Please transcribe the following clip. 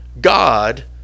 God